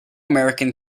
american